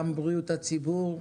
גם בריאות הציבור,